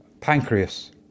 pancreas